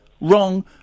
wrong